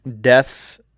deaths